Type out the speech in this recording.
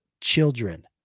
Children